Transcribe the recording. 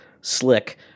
slick –